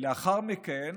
לאחר מכן